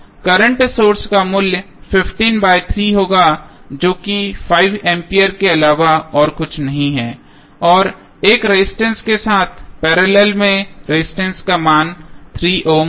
current source मूल्य 15 by 3 होगा जो कि 5 एम्पीयर के अलावा और कुछ नहीं है और एक रेजिस्टेंस के साथ पैरेलल में रेजिस्टेंस का मान 3 ओम होगा